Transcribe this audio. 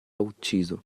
ucciso